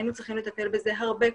היינו צריכים לטפל בזה הרבה קודם.